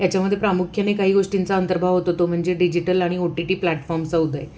हं याच्यामध्ये प्रामुख्याने काही गोष्टींचा अंतर्भाव होतो तो म्हणजे डिजिटल आणि ओ टी टी प्लॅटफॉर्मचा उदय